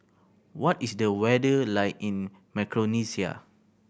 what is the weather like in Micronesia